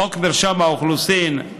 לחוק מרשם האוכלוסין,